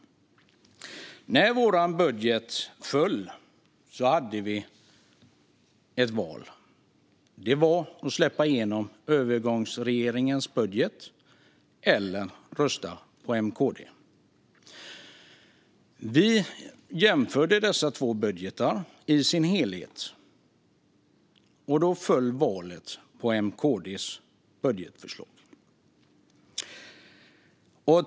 När vår budget föll hade vi ett val. Det var att släppa igenom övergångsregeringens budget eller rösta på M-KD:s. Vi jämförde dessa två budgetar i sin helhet, och då föll valet på M-KD:s budgetförslag.